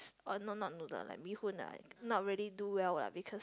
oh not not noodle like bee hoon lah not really do well lah